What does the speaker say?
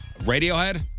Radiohead